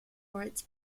rights